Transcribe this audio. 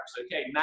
Okay